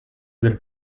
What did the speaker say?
del